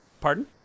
Pardon